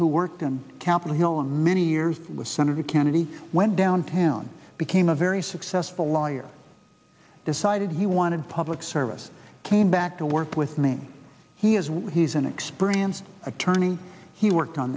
who worked on capitol hill and many years with senator kennedy went down town became a very successful lawyer decided he wanted public service came back to work with me he is what he's an experienced attorney he worked on